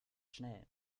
schnell